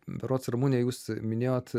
berods ramunė jūs minėjote